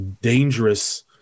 dangerous